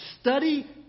study